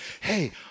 Hey